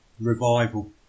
revival